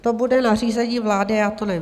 To bude nařízení vlády, já to nevím.